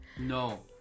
no